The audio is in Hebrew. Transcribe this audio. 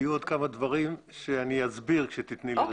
היו עוד כמה דברים ואותם אסביר כשתיתני לי רשות דיבור.